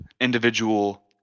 individual